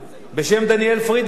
בשם דניאל פרידמן,